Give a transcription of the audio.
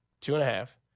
two-and-a-half